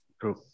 true